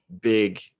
big